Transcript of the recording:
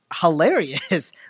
hilarious